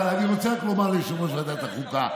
אבל אני רוצה רק לומר ליושב-ראש ועדת החוקה.